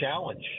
challenge